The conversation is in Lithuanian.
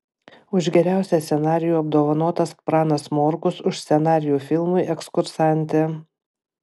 už geriausią scenarijų apdovanotas pranas morkus už scenarijų filmui ekskursantė